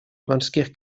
морских